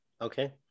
Okay